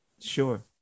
Sure